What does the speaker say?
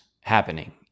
happening